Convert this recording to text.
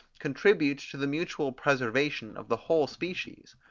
contributes to the mutual preservation of the whole species.